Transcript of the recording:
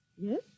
Yes